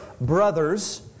brothers